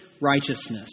righteousness